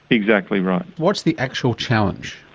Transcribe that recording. exactly right. what's the actual challenge?